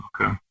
okay